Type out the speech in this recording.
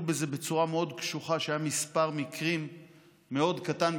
בזה בצורה מאוד קשוחה כשהיה מספר מקרים מאוד קטן,